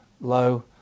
low